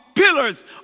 pillars